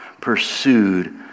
pursued